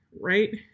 right